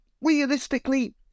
realistically